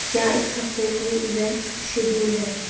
کیا اِس ہفتے کوئی ایونٹس شیڈول ہے